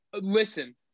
listen